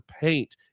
paint